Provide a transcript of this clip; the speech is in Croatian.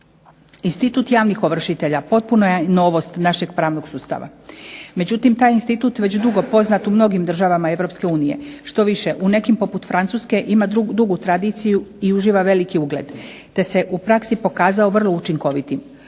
Institut javnih ovršitelja potpuno je novost našeg pravnog sustava, međutim taj institut već dugo poznat u mnogim državama Europske unije, štoviše u nekim poput Francuske ima dugu tradiciju i uživa veliki ugled, te se u praksi pokazao vrlo učinkovitim.